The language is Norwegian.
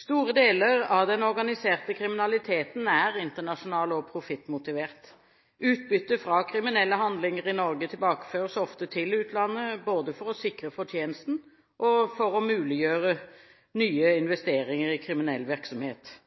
Store deler av den organiserte kriminaliteten er internasjonal og profittmotivert. Utbytte fra kriminelle handlinger i Norge tilbakeføres ofte til utlandet, både for å sikre fortjenesten og for å muliggjøre nye investeringer i kriminell virksomhet.